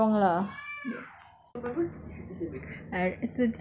jian cheng pergi so I'm not wrong lah